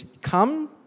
come